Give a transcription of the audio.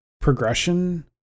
progression